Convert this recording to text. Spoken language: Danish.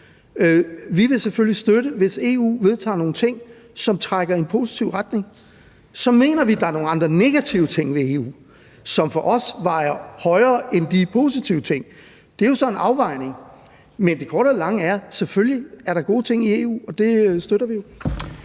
Vi vil selvfølgelig støtte det, hvis EU vedtager nogle ting, som trækker i en positiv retning. Så mener vi, at der er nogle andre negative ting ved EU, som for os vejer tungere end de positive ting, og det er jo så en afvejning. Men det korte af det lange er, at selvfølgelig er der gode ting i EU, og det støtter vi.